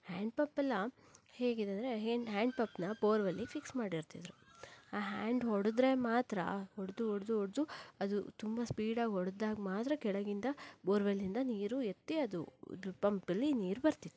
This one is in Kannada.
ಹ್ಯಾಂಡ್ ಪಂಪೆಲ್ಲ ಹೇಗಿದೆ ಅಂದರೆ ಹ್ಯಾಂಡ್ ಪಂಪನ್ನು ಬೋರೆವೆಲ್ಲಿಗೆ ಫಿಕ್ಸ್ ಮಾಡಿರ್ತಿದ್ರು ಆ ಹ್ಯಾಂಡ್ ಹೊಡೆದರೆ ಮಾತ್ರ ಹೊಡೆದು ಹೊಡೆದು ಹೊಡೆದು ಅದು ತುಂಬ ಸ್ಪೀಡಾಗಿ ಹೊಡೆದಾಗ ಮಾತ್ರ ಕೆಳಗಿಂದ ಬೋರ್ವೆಲ್ಲಿಂದ ನೀರು ಎತ್ತಿ ಅದು ಪಂಪಲ್ಲಿ ನೀರು ಬರ್ತಿತ್ತು